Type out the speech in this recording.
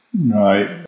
Right